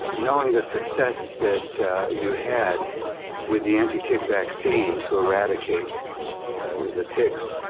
ah knowing the success that you had with the anti-tick vaccine to eradicate the ticks